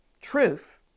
truth